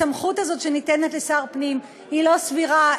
הסמכות הזאת שניתנת לשר פנים היא לא סבירה,